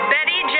Betty